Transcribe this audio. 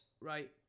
right